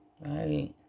Right